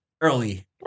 Early